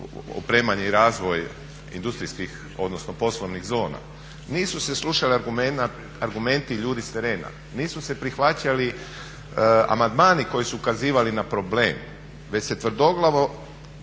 opremanje i razvoj industrijskih odnosno poslovnih zona. Nisu se slušali argumenti ljudi s terena, nisu se prihvaćali amandmani koji su ukazivali na problem već se tvrdoglavo